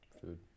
food